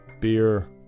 beer